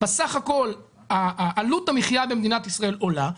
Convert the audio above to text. בסך הכול עלות המחיה במדינת ישראל עולה,